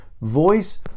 Voice